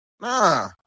Nah